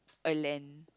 a land